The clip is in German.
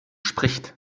spricht